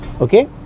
okay